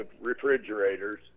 refrigerators